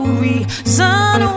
reason